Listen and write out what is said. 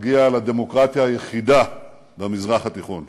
מגיע לדמוקרטיה היחידה במזרח התיכון.